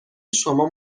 شما